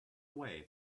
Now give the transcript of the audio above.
way